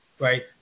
right